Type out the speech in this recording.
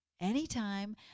anytime